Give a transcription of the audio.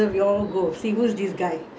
aaruma மாமா:mama come and complain to my father